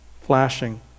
Flashing